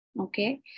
Okay